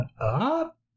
up